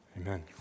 Amen